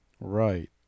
Right